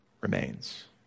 remains